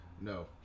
no